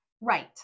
right